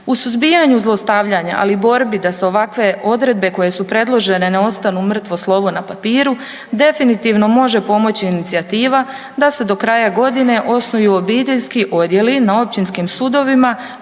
U suzbijanju zlostavljanja, ali i borbi da se ovakve odredbe koje su predložene ne ostanu mrtvo slovo na papiru definitivno može pomoći inicijativa da se do kraja godine osnuju obiteljski odjeli na općinskim sudovima